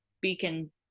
beacon